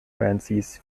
francis